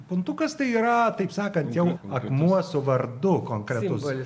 puntukas tai yra taip sakant jau akmuo su vardu konkretus